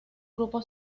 grupo